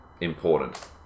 important